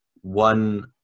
one